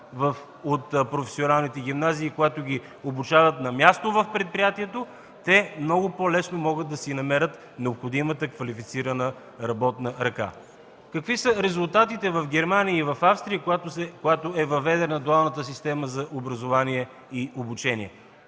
от професионалните гимназии, когато ги обучават на място в предприятието, да могат много по-лесно да си намерят необходимата квалифицирана работна ръка. Какви са резултатите в Германия и Австрия, където е въведена дуалната система за образование и обучение?